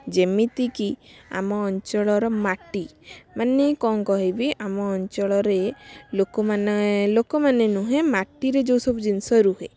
ଯେମିତିକି ଆମ ଅଞ୍ଚଳର ମାଟି ମାନେ କଣ କହିବି ଆମ ଅଞ୍ଚଳରେ ଲୋକମାନେ ଲୋକମାନେ ନୁହେଁ ମାଟିରେ ଯେଉଁସବୁ ଜିନିଷ ରୁହେ